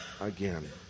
again